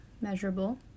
measurable